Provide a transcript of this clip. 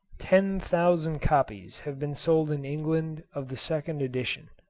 ten thousand copies have been sold in england of the second edition.